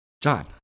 John